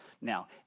now